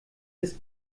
ist